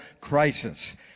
crisis